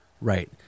Right